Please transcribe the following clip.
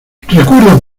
recuerdo